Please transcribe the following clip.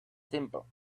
simple